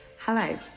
Hello